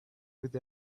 with